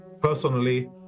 personally